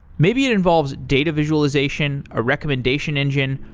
maybe it involves data visualization, a recommendation engine,